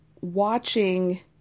watching